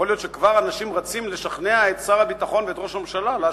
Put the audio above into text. יכול להיות שכבר אנשים רצים לשכנע את שר הביטחון ואת ראש הממשלה להשקיע.